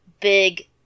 big